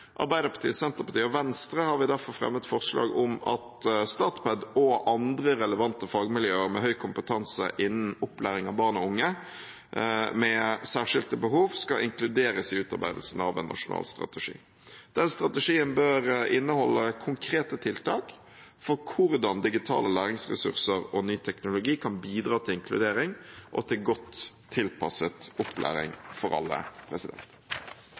Arbeiderpartiet, Senterpartiet og Venstre har vi derfor fremmet forslag om at Statped og andre relevante fagmiljøer med høy kompetanse innen opplæring av barn og unge med særskilte behov skal inkluderes i utarbeidelsen av en nasjonal strategi. Den strategien bør inneholde konkrete tiltak for hvordan digitale læringsressurser og ny teknologi kan bidra til inkludering og godt tilpasset opplæring for alle.